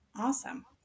Awesome